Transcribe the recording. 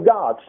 God